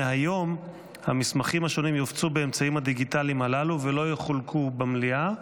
מהיום המסמכים השונים יופצו באמצעים הדיגיטליים הללו ולא יחולקו במליאה.